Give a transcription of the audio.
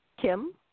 Kim